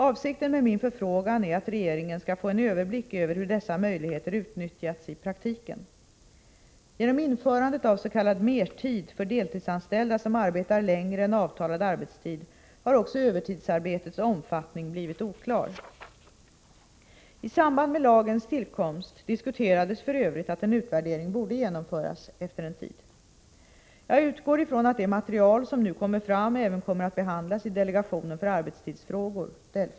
Avsikten med min förfrågan är att regeringen skall få en överblick över hur dessa möjligheter utnyttjats i praktiken. Genom införandet av s.k. mertid för deltidsanställda, som arbetar längre än avtalad arbetstid, har också övertidsarbetets omfattning blivit oklar. I samband med lagens tillkomst diskuterades f. ö. att en utvärdering borde genomföras efter en tid. Jag utgår från att det material som nu kommer fram även kommer att behandlas i delegationen för arbetstidsfrågor .